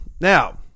Now